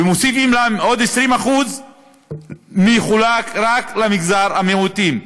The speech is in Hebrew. ומוסיפים להם עוד 20% שיחולקו רק למגזר המיעוטים,